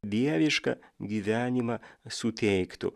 dievišką gyvenimą suteiktų